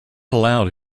allowed